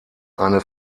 eine